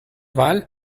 wahl